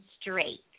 straight